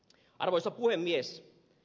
arvoisa puhemies